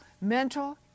mental